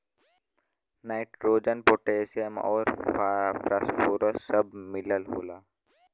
nitrogen potassium आउर phosphorus सब मिलल होला